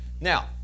Now